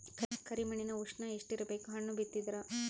ಕರಿ ಮಣ್ಣಿನ ಉಷ್ಣ ಎಷ್ಟ ಇರಬೇಕು ಹಣ್ಣು ಬಿತ್ತಿದರ?